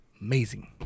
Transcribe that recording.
amazing